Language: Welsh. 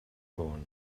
ffôn